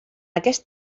aquest